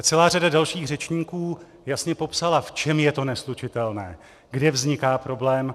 Celá řada dalších řečníků jasně popsala, v čem je to neslučitelné, kde vzniká problém.